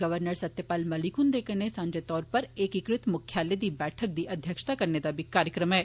दौरे दरान उंदा गवर्नर सत्यपाल मलिक हुंदे कन्नै सांझे तौरा पर एकीकृत मुक्खालय दी बैठका दी अध्यक्षता करने दा बी कार्यक्रम ऐ